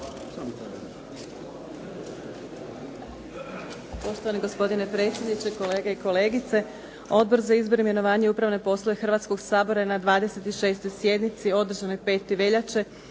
Poštovani gospodine predsjedniče, kolege i kolegice. Odbor za izbor, imenovanje i uprave poslove Hrvatskog sabora na 26. sjednici održanoj 5. veljače